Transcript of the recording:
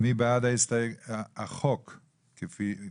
אפשר כולם יחד?